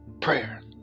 Prayer